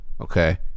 Okay